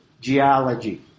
geology